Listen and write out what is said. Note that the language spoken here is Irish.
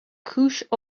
cúis